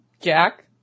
Jack